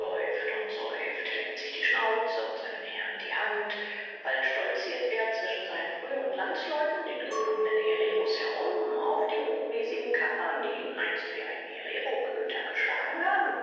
und säuft leckt sich die schnauze und seinem herrn die hand bald stolziert er zwischen seinen früheren landsleuten den gefangenen hereros herum auf die hochnäsigen kaffern die ihn einst wie einen hereroköter geschlagen haben